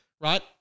right